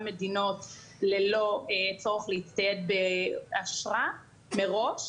מדינות ללא צורך להצטייד באשרה מראש.